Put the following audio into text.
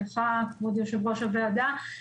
לך כבוד יושב-ראש הוועדה.